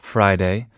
Friday